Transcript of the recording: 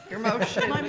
your motion. my